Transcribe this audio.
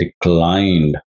declined